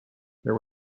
there